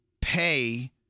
pay